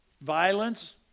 Violence